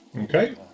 Okay